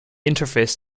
interface